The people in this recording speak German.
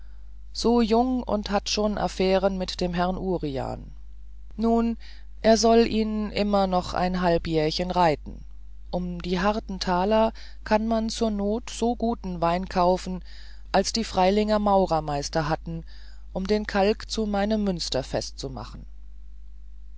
so jung und hat schon affären mit herrn urian nun er soll ihn immer noch ein halbjährchen reiten um die harten taler kann man zur not so guten wein kaufen als die freilinger maurermeister hatten um den kalk zu meinem münster festzumachen